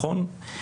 נכון?